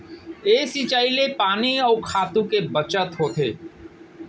ए सिंचई ले पानी अउ खातू के बचत होथे